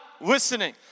listening